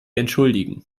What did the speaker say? entschuldigen